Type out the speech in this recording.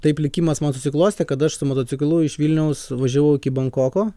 taip likimas man susiklostė kad aš su motociklu iš vilniaus važiavau iki bankoko